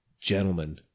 gentlemen